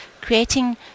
creating